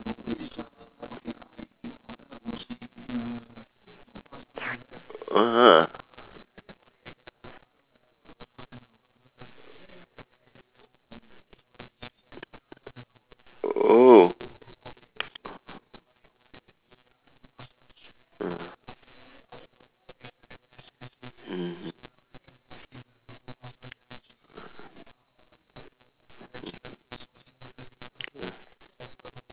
(uh huh) oh mm mmhmm mm